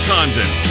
Condon